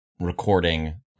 recording